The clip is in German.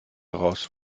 raus